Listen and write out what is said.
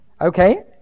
Okay